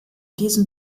diesen